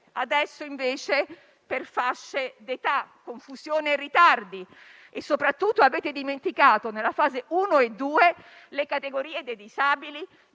adesso, invece, per fasce d'età: confusione e ritardi. E soprattutto, avete dimenticato, nelle fasi 1 e 2, le categorie dei disabili,